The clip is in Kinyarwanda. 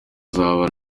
uzaba